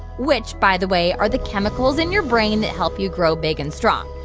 which, by the way, are the chemicals in your brain that help you grow big and strong.